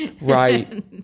Right